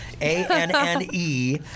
A-N-N-E